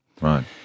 Right